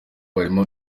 barimo